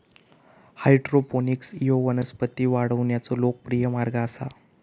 hydroponics ह्यो वनस्पती वाढवण्याचो लोकप्रिय मार्ग आसा